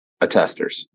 attesters